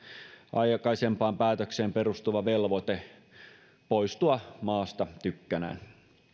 aikaisempaan päätökseen perustuva velvoite poistua maasta tykkänään